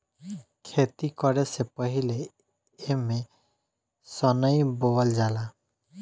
खेती करे से पहिले एमे सनइ बोअल जाला